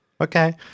Okay